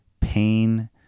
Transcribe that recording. pain